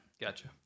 Gotcha